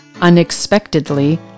Unexpectedly